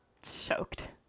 soaked